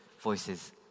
Voices